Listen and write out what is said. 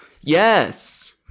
Yes